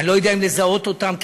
אני לא יודע אם לזהות אותם כציבור,